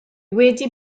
wedi